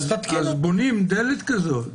בונים דלת כזאת.